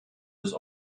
des